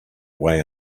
way